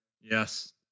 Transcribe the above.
yes